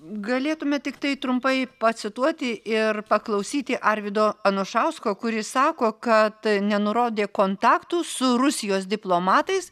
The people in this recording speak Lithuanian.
galėtume tiktai trumpai pacituoti ir paklausyti arvydo anušausko kuris sako kad nenurodė kontaktų su rusijos diplomatais